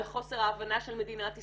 על חוסר ההבנה של מדינת ישראל,